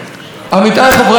עמיתיי חברי הכנסת,